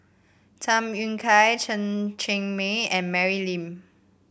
Tham Yui Kai Chen Cheng Mei and Mary Lim